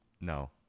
no